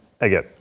again